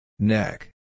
Neck